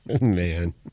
man